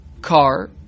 Car